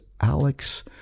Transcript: Alex